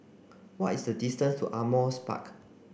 what is the distance to Ardmore's Park